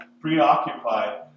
preoccupied